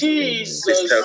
Jesus